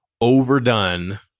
overdone